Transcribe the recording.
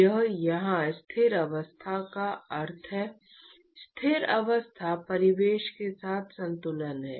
या यहाँ स्थिर अवस्था का अर्थ है स्थिर अवस्था परिवेश के साथ संतुलन है